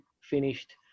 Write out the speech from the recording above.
finished